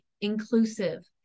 inclusive